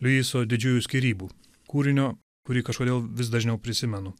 liuiso didžiųjų skyrybų kūrinio kurį kažkodėl vis dažniau prisimenu